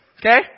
Okay